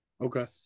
Okay